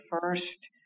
first